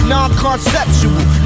Non-conceptual